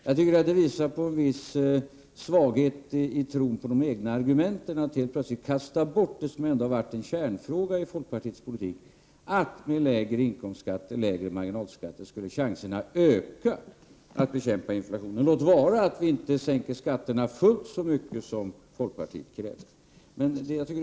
Jag tycker att det visar på en viss svaghet i tron på de egna argumenten att helt plötsligt kasta bort det som ändå har varit en huvudpunkt i folkpartiets politik, nämligen uppfattningen att med lägre inkomstskatter och lägre marginalskatter skulle chanserna att bekämpa inflationen öka. Det må sedan vara så, att vi inte sänker skatterna fullt så mycket som folkpartiet har krävt.